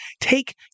take